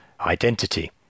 identity